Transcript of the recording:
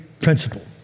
principle